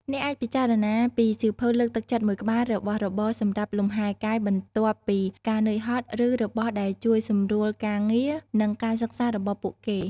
អ្នកអាចពិចារណាពីសៀវភៅលើកទឹកចិត្តមួយក្បាល របស់របរសម្រាប់លំហែកាយបន្ទាប់ពីការនឿយហត់ ឬ របស់ដែលជួយសម្រួលការងារ និងការសិក្សា របស់ពួកគេ។